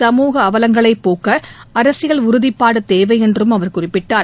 சமூக அவலங்களைப் போக்க அரசியல் உறுதிப்பாடு தேவை என்றும் அவர் குறிப்பிட்டார்